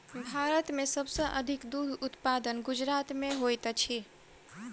भारत में सब सॅ अधिक दूध उत्पादन गुजरात में होइत अछि